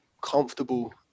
comfortable